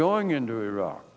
going into iraq